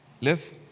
Live